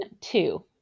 two